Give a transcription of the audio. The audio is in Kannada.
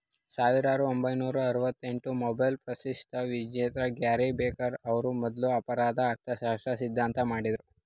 ಸಾವಿರದ ಒಂಬೈನೂರ ಆರವತ್ತಎಂಟು ಮೊಬೈಲ್ ಪ್ರಶಸ್ತಿವಿಜೇತ ಗ್ಯಾರಿ ಬೆಕರ್ ಅವ್ರು ಮೊದ್ಲು ಅಪರಾಧ ಅರ್ಥಶಾಸ್ತ್ರ ಸಿದ್ಧಾಂತ ಮಾಡಿದ್ರು